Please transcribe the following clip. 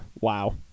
Wow